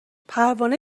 پروانه